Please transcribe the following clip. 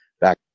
back